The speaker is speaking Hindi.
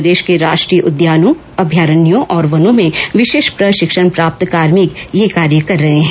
प्रदेश के राष्ट्रीय उद्यानों अभयारण्यों और वनों में विशेष प्रशिक्षण प्राप्त कार्मिक यह कार्य कर रहे हैं